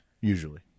usually